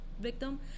victim